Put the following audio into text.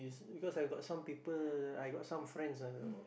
because I got some people I got some friends ah